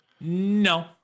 No